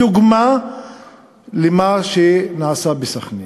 בדוגמה למה שנעשה בסח'נין.